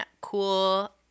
cool